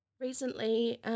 Recently